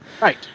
Right